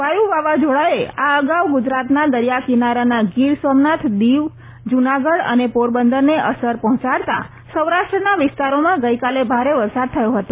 વાવાઝોડા વાયુએ આ અગાઉ ગુજરાતના દરિયા કિનારાના ગીર સોમનાથ દીવ જુનાગઢ અને પોરબંદરને અસર પહોંચાડતા સૌરાષ્ટ્રના વિસ્તારોમાં ગઈકાલે ભારે વરસાદ થયો હતો